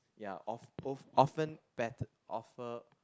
ya of~ often bet~ offer